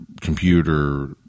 computer